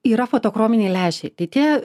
yra fotochrominiai lęšiai tai tie